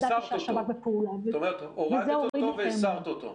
ידעתי שה- -- זאת אומרת שהורדת אותו והסרת אותו.